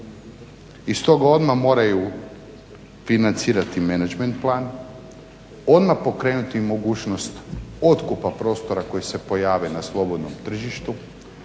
Iz tog odmah moraju financirati menadžment plan, odmah pokrenuti mogućnost otkupa prostora koji se pojave na slobodnom tržištu,